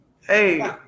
Hey